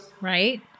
Right